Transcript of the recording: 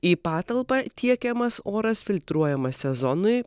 į patalpą tiekiamas oras filtruojamas sezonui